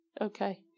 okay